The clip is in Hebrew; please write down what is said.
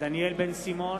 דניאל בן-סימון,